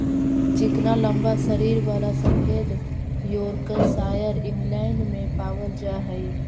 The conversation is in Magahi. चिकना लम्बा शरीर वाला सफेद योर्कशायर इंग्लैण्ड में पावल जा हई